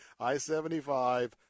I-75